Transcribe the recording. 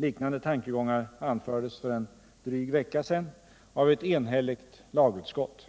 Liknande tankegångar anfördes för en dryg vecka sedan av ett enhälligt lagutskott.